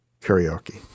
karaoke